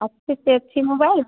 अच्छी से अच्छी मोबाइल